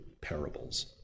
parables